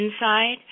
inside